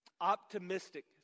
optimistic